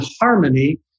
harmony